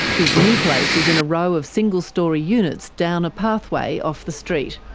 his new place is in a row of single storey units down a pathway off the street.